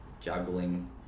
juggling